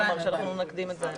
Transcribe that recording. כלומר שאנחנו נקדים את זה.